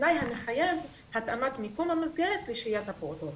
בתנאי המחייב התאמת מיקום המסגרת לשהיית הפעוטות.